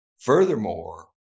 Furthermore